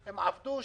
הם עבדו,